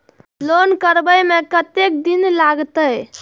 Loan करबे में कतेक दिन लागते?